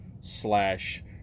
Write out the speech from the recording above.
slash